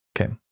Okay